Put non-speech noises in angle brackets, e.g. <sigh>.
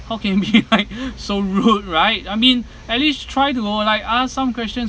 how can be like <laughs> so rude right I mean at least try to like ask some questions